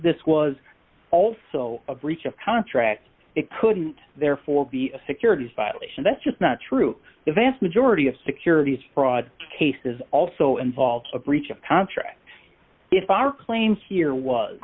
this was also a breach of contract it couldn't therefore be a securities violation that's just not true the vast majority of securities fraud cases also involve a breach of contract if our claim here was